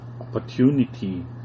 opportunity